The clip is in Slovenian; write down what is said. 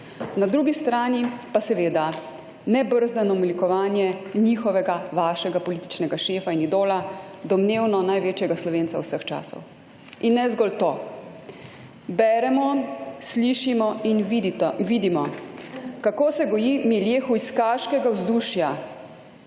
Na drugi strani pa seveda ne brzdano malikovanje njihovega, vaše političnega šefa in idola, domnevno največjega Slovenca vseh časov. In ne zgolj to. Beremo, slišimo in vidimo kako se goji milje hujskaškega vzdušja.